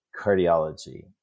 cardiology